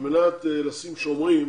על מנת לשים שומרים